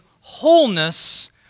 wholeness